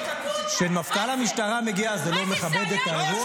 כשמפכ"ל המשטרה מגיע, זה לא מכבד את האירוע?